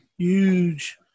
Huge